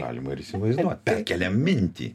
galima ir įsivaizduot perkelia mintį